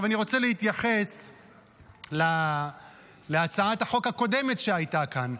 אני רוצה להתייחס להצעת החוק הקודמת שהייתה כאן,